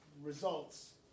results